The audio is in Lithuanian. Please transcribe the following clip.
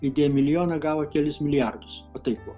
įdėjo milijoną gavo kelis milijardus taip vo